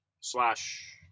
slash